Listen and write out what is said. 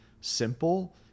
simple